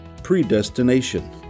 predestination